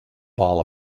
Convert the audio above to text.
ball